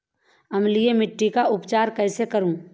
अम्लीय मिट्टी का उपचार कैसे करूँ?